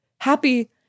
happy